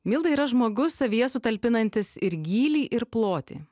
milda yra žmogus savyje sutalpinantis ir gylį ir plotį